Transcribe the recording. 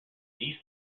these